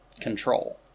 control